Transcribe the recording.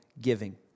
giving